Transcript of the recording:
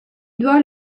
doit